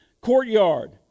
courtyard